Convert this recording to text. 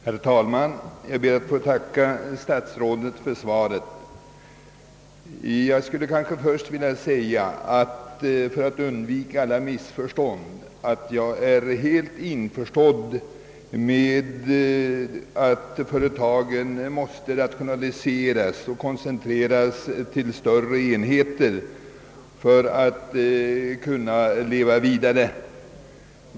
Herr talman! Jag ber att få tacka inrikesministern för svaret. För att undvika alla missförstånd vill jag börja med att säga, att jag är helt införstådd med att företagen måste ra tionalisera och koncentrera verksamheten till större enheter, om de skall kunna leva vidare.